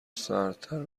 سردتر